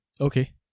Okay